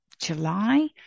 July